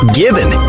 given